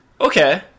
Okay